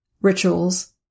rituals